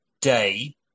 day